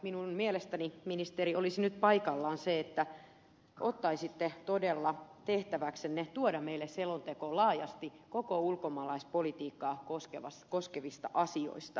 minun mielestäni ministeri olisi nyt paikallaan se että ottaisitte todella tehtäväksenne tuoda meille selonteon laajasti koko ulkomaalaispolitiikkaa koskevista asioista